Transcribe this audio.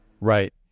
Right